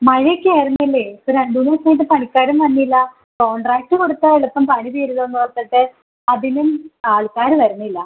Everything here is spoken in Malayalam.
മഴയൊക്കെ ആയിരുന്നില്ലേ ഇപ്പോൾ രണ്ട് മൂന്ന് ദിവസമായിട്ട് പണിക്കാരും വന്നില്ല കോണ്ട്രാക്റ്റ് കൊടുത്താൽ എളുപ്പം പണി തീരും എന്നോർത്തിട്ട് അതിനും ആൾക്കാർ വരുന്നില്ല